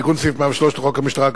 1. תיקון סעיף 103 לחוק המשטרה,